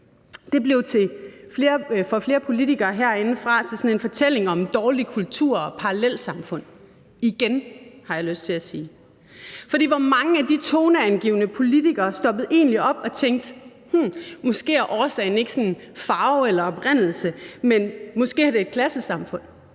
Det blev for flere politikere herindefra til sådan en fortælling om dårlig kultur og parallelsamfund – igen, har jeg lyst til at sige. Hvor mange af de toneangivende politikere stoppede egentlig op og tænkte: Hm, måske er årsagen ikke farve eller oprindelse, men måske har det at gøre med klassesamfund?